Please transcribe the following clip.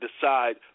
decide